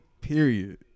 Period